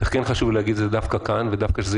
חשוב לי להגיד את זה דווקא כאן ושזה